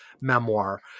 memoir